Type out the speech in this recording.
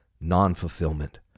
non-fulfillment